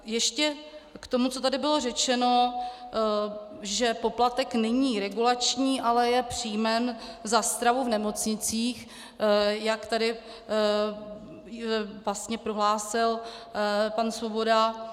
Ještě k tomu, co tady bylo řečeno, že poplatek není regulační, ale je příjmem za stravu v nemocnicích, jak tady vlastně prohlásil pan Svoboda.